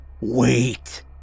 Wait